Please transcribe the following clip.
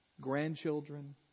Grandchildren